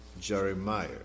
Jeremiah